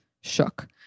shook